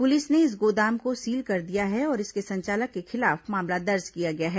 police ने इस गोदाम को सील कर दिया है और इसके संचालक के खिलाफ मामला दर्ज किया गया है